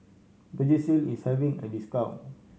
vagisil is having a discount